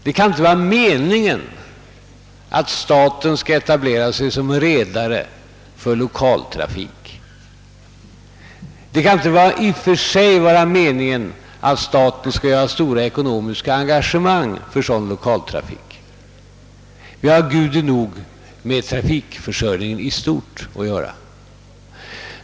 Det kan inte vara meningen att staten skall etablera sig som redare för lokaltrafik — det kan inte i och för sig vara meningen att staten skall göra stora ekonomiska engagemang för sådan lokaltrafik. Vi har gudinog med trafikförsörjningen i stort att göra.